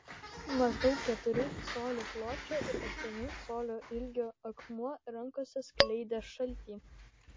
maždaug keturių colių pločio ir aštuonių colių ilgio akmuo rankose skleidė šaltį